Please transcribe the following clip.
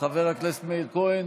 חבר הכנסת מאיר כהן,